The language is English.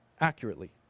accurately